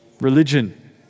Religion